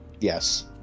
Yes